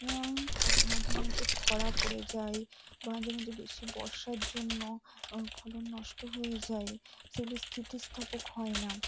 এবং মাঝে মাঝে খরা পড়ে যায় মাঝে মাঝে বেশি বর্ষার জন্য ফলন নষ্ট হয়ে যায় সেগুলি স্থিতিস্থাপক হয় না